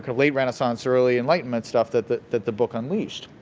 and late-renaissance, early enlightenment stuff that the that the book unleashed.